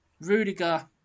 Rudiger